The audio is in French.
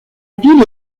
ville